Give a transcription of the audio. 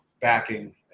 backing